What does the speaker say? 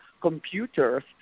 computers